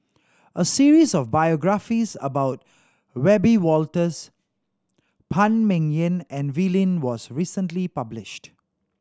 a series of biographies about Wiebe Wolters Phan Ming Yen and Wee Lin was recently published